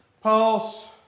pulse